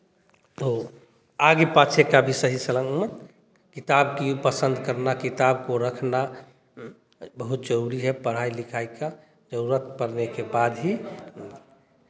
तो आगे पाछे का भी सही सलामत किताब की पसंद करना किताब को रखना बहुत जरुरी है पढ़ाई लिखाई का जरूरत परने के बाद ही